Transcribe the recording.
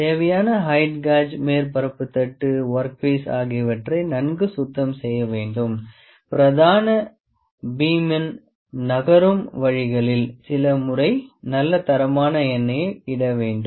தேவையான height gauge மேற்பரப்பு தட்டு ஒர்க் பீஸ் ஆகியவற்றை நன்கு சுத்தம் செய்ய வேண்டும் பிரதான பீமின் நகரும் வழிகளில் சில முறை நல்ல தரமான எண்ணெயை இட வேண்டும்